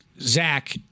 Zach